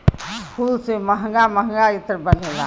फूल से महंगा महंगा इत्र बनला